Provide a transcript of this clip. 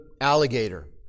alligator